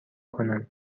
کنن